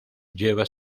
lleva